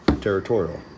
territorial